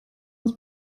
aus